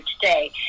today